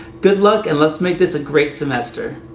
good luck, and let's make this a great semester!